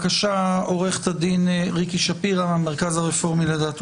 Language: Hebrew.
עו"ד ריקי שפירא, המרכז הרפורמי לדת ומדינה.